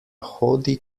hodi